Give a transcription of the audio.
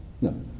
No